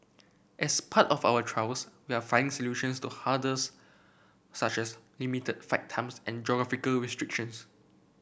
as part of our trials we are finding solutions to hurdles such as limited flight times and geographical restrictions